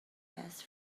best